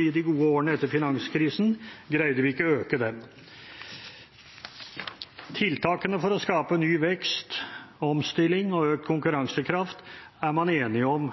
i de gode årene etter finanskrisen greide vi ikke å øke den. Tiltakene for å skape ny vekst, omstilling og økt konkurransekraft er man enige om